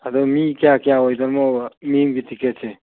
ꯑꯗꯨ ꯃꯤ ꯀꯌꯥ ꯀꯌꯥ ꯑꯣꯏꯗꯣꯔꯤꯃꯣ ꯃꯤ ꯑꯃꯒꯤ ꯇꯤꯀꯦꯠꯁꯦ